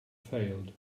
failed